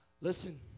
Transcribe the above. Listen